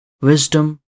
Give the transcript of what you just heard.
wisdom